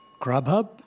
Grubhub